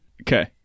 Okay